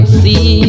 see